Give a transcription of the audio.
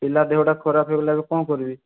ପିଲା ଦେହଟା ଖରାପ ହେଇଗଲା ଏବେ କ'ଣ କରିବି